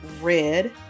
red